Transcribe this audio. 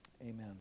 Amen